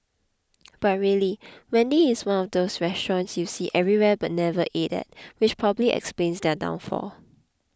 but really Wendy's is one of those restaurants you see everywhere but never ate at which probably explains their downfall